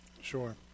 Sure